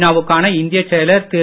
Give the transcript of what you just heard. நா வுக்கான இந்தியச் செயலர் திரு